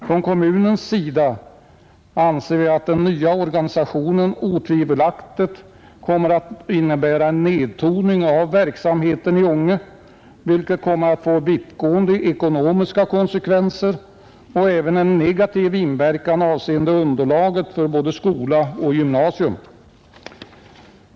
Från kommunens sida anser vi att den nya organisationen otvivelaktigt kommer att innebära en nedtoning av verksamheten i Ånge, vilket kommer att få vittgående ekonomiska konsekvenser och en negativ inverkan även på underlaget för grundskola och gymnasium.